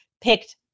picked